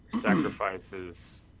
sacrifices